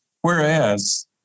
Whereas